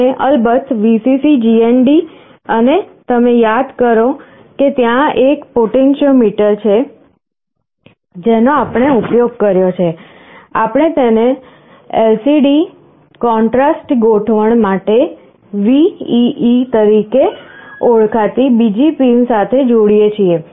અને અલબત્ત Vcc GND અને તમે યાદ કરો કે ત્યાં એક પોટેન્શિયો મીટર છે જેનો આપણે ઉપયોગ કર્યો છે આપણે તેને LCD કોન્ટ્રાસ્ટ ગોઠવણ માટે VEE તરીકે ઓળખાતી બીજી પિન સાથે જોડીએ છીએ